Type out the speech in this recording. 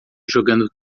jogando